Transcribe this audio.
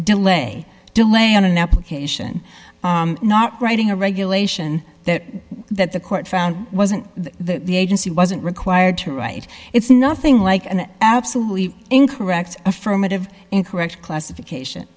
delay delay on an application not writing a regulation that that the court found wasn't the the agency wasn't required to write it's nothing like an absolutely incorrect affirmative incorrect classification